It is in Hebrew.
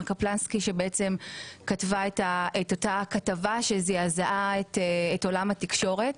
קפלנסקי שכתבה את אותה כתבה שזעזעה את עולם התקשורת.